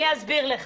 יש אפשרות